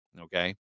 okay